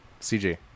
CJ